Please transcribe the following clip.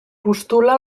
postula